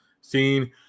seen